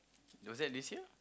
was that this year